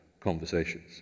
conversations